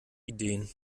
ideen